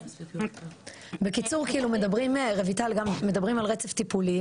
מדברים על רצף טיפולי,